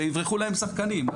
שיברחו להם שחקנים.